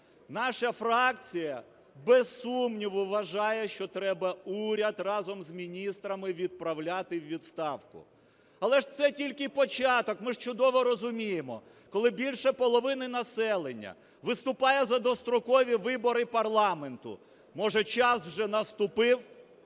Наша фракція, без сумніву, вважає, що треба уряд разом з міністрами відправляти у відставку. Але ж це тільки початок. Ми ж чудово розуміємо, коли більше половини населення виступає за дострокові вибори парламенту, може, час вже наступив.